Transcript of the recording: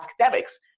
academics